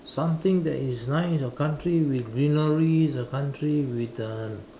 something that is nice a country with greeneries a country with um